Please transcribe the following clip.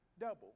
double